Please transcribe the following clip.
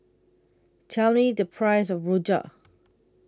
Tell Me The Price of Rojak